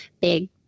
big